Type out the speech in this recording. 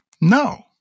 No